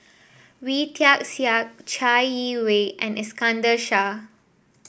Wee Tian Siak Chai Yee Wei and Iskandar Shah